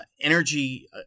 energy